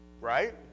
right